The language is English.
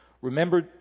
Remember